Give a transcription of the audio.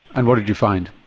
and what did you find?